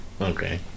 Okay